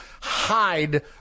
hide